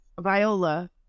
Viola